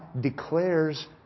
declares